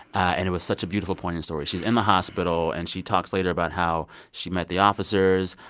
and it was such a beautiful poignant story. she's in the hospital, and she talks later about how she met the officers.